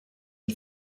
and